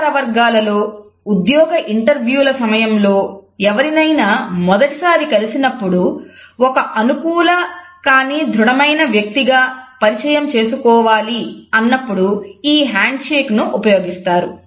వ్యాపార వర్గాలలో ఉద్యోగ ఇంటర్వ్యూల సమయంలో ఎవరినైనా మొదటిసారి కలిసినప్పుడు ఒక అనుకూల కానీ దృఢమైన వ్యక్తిగా పరిచయం చేసుకోవాలి అన్నప్పుడు ఈ హ్యాండ్షేక్ను ఉపయోగిస్తారు